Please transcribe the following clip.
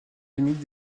endémique